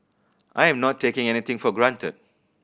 I am not taking anything for granted